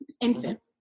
infant